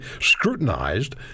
scrutinized